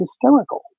hysterical